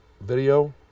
video